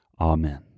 Amen